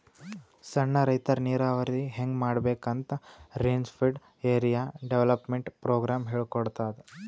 ಸಣ್ಣ್ ರೈತರ್ ನೀರಾವರಿ ಹೆಂಗ್ ಮಾಡ್ಬೇಕ್ ಅಂತ್ ರೇನ್ಫೆಡ್ ಏರಿಯಾ ಡೆವಲಪ್ಮೆಂಟ್ ಪ್ರೋಗ್ರಾಮ್ ಹೇಳ್ಕೊಡ್ತಾದ್